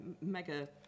mega